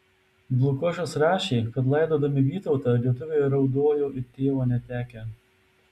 dlugošas rašė kad laidodami vytautą lietuviai raudojo it tėvo netekę